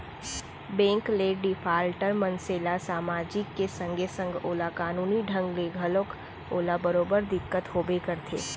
bank ले defaulter मनसे ल समाजिक के संगे संग ओला कानूनी ढंग ले घलोक ओला बरोबर दिक्कत होबे करथे